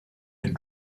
den